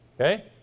Okay